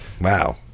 Wow